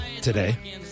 today